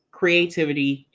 creativity